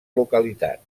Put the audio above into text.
localitat